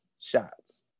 shots